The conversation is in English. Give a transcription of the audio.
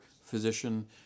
physician